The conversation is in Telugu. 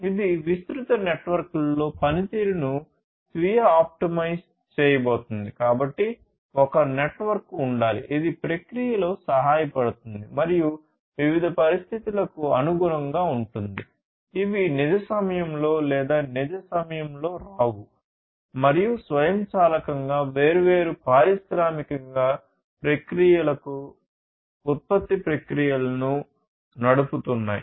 ఇది విస్తృత నెట్వర్క్లో పనితీరును స్వీయ ఆప్టిమైజ్ వేర్వేరు పారిశ్రామిక ప్రక్రియలను ఉత్పత్తి ప్రక్రియలను నడుపుతున్నాయి